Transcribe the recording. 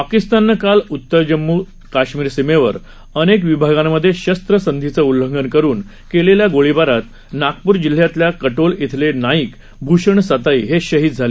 पाकिस्ताननं काल उत्तर जम्म् काश्मीर सीमेवर अनेक विभागांमध्ये शस्त्र संधीचे उल्लंघन करून केलेल्या गोळीबारात नागपूर जिल्हातल्या काटोल इथले नाईक भूषण सताई हे शहीद झाले